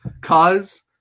cause